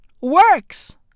works